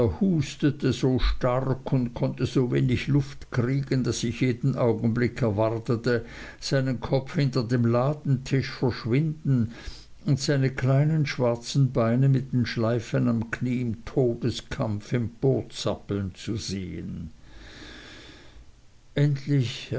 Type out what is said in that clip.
hustete so stark und konnte so wenig luft kriegen daß ich jeden augenblick erwartete seinen kopf hinter dem ladentisch verschwinden und seine kleinen schwarzen beine mit den schleifen am knie im todeskampf emporzappeln zu sehen endlich